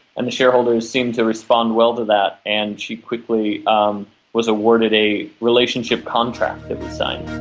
and the shareholders seemed to respond well to that and she quickly um was awarded a relationship contract that was signed.